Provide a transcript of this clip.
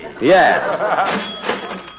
Yes